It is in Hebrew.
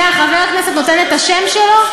חבר כנסת נותן את השם שלו?